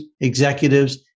executives